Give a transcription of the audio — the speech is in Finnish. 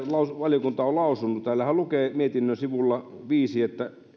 valiokunta on lausunut täällähän lukee mietinnön sivulla viiden näin